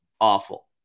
awful